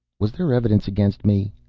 was there evidence against me?